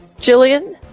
Jillian